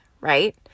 right